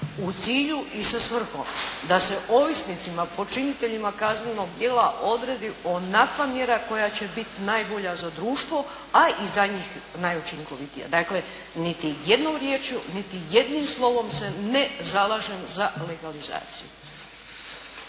u cilju i sa svrhom da se ovisnicima počiniteljima kaznenog djela odredi onakva mjera koja će biti najbolja za društvo, a i za njih najučinkovitija. Dakle niti jednom riječju niti jednim slovom se ne zalažem za legalizaciju.